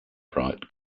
bright